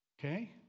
Okay